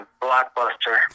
blockbuster